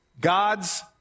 God's